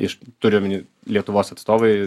iš turiu omeny lietuvos atstovai